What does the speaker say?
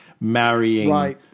marrying